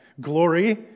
Glory